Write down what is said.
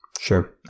Sure